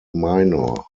minor